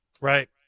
Right